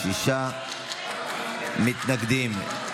שישה מתנגדים,